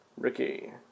Ricky